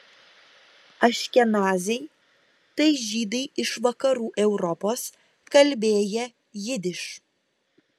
aškenaziai tai žydai iš vakarų europos kalbėję jidiš